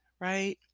right